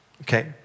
Okay